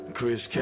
Chris